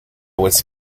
was